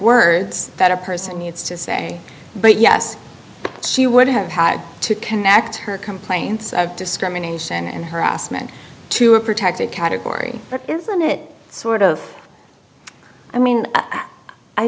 words that a person needs to say but yes she would have had to connect her complaints of discrimination and harassment to a protected category isn't it sort of i mean i